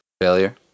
Failure